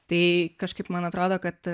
tai kažkaip man atrodo kad